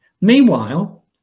Meanwhile